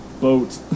boat